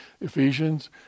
Ephesians